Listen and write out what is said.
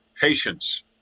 Patience